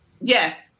Yes